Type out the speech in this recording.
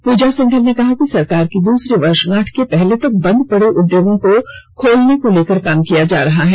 पूजा सिंघल ने कहा कि सरकार की दूसरी वर्षगांठ के पहले तक बंद बड़े उद्योगों को खोलने को लेकर काम किया जा रहा है